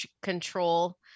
control